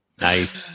Nice